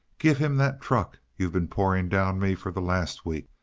give him that truck you've been pouring down me for the last week.